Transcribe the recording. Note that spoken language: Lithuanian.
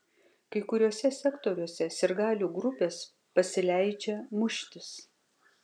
kai kuriuose sektoriuose sirgalių grupės pasileidžia muštis